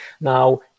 Now